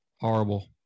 Horrible